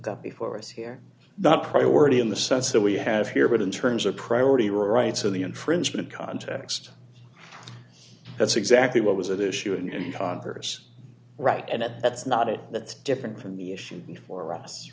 got before us here not priority in the sense that we have here but in terms of priority rights in the infringement context that's exactly what was that issue in congress right and that's not it that's different from the issue before us